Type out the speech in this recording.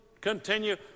continue